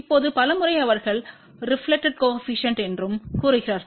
இப்போது பல முறை அவர்கள் ரெப்லக்டெட்ப்பு கோஏபிசிஎன்ட் என்றும் கூறுகிறார்கள்